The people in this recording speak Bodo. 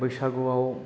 बैसागुआव